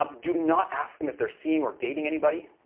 um do not ask them if they're seeing or dating anybody.